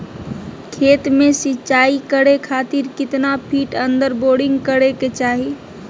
खेत में सिंचाई करे खातिर कितना फिट अंदर बोरिंग करे के चाही?